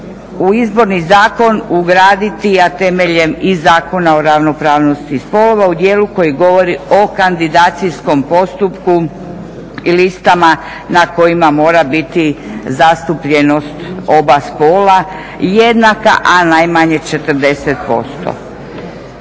u Izborni zakon ugraditi, a temeljem i Zakona o ravnopravnosti spolova u dijelu koji govori o kandidacijskom postupku i listama na kojima mora biti zastupljenost oba spola jednaka, a najmanje 40%.